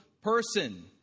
person